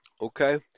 Okay